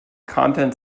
content